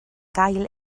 gael